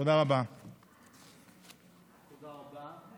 תודה רבה.